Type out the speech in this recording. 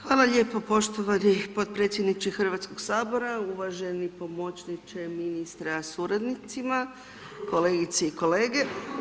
Hvala lijepo poštovani potpredsjedniče Hrvatskoga sabora, uvaženi pomoćniče ministra suradnicima, kolegice i kolege.